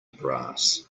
brass